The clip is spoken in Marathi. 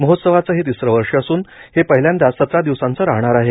महोत्सवाचं हे तिसरं वर्ष असून हे पहिल्यांदाच सतरा दिवसांचं राहणार आहे